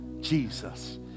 Jesus